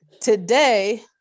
today